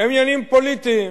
הם עניינים פוליטיים.